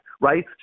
right